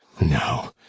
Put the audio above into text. No